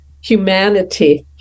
humanity